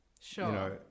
Sure